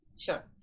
Sure